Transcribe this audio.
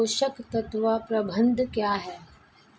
पोषक तत्व प्रबंधन क्या है?